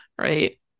right